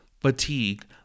Fatigue